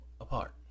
apart